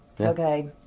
okay